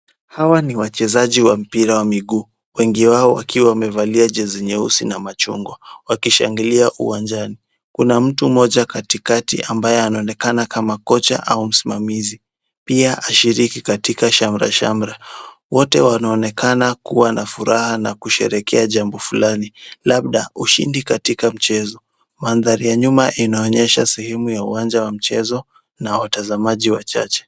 Hawa ni wachezaji wa mpira wa miguu. Wengi wao wakiwa wamevalia jezi nyeusi na machungwa wakishangilia uwanjani. Kuna mtu mmoja katikati ambaye anaonekana kama kocha au msimamizi pia ashiriki katika shamrashamra. Wote wanaonekana kuwa na furaha na kusherekea jambo fulani; labda ushindi katika mchezo. Mandhari ya nyuma inaonyesha sehemu ya uwanja wa mchezo na watazamaji wachache.